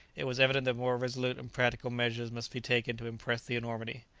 it was evident that more resolute and practical measures must be taken to impress the enormity.